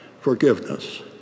forgiveness